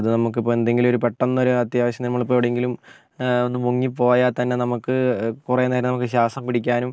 അത് നമുക്കിപ്പോൾ എന്തെങ്കിലുമോരു പെട്ടന്ന് ഒരു അത്യാവശ്യം നമ്മളിപ്പോൾ എവിടെങ്കിലും ഒന്ന് മുങ്ങി പോയാൽത്തന്നെ നമുക്ക് കുറെ നേരം നമുക്ക് ശ്വാസം പിടിക്കാനും